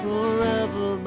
Forever